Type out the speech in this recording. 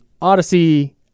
Odyssey